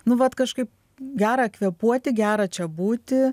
nu vat kažkaip gera kvėpuoti gera čia būti